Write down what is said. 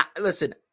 listen